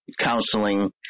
counseling